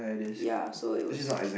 ya so it was